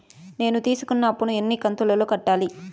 నేను తీసుకున్న అప్పు ను ఎన్ని కంతులలో కట్టాలి?